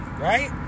right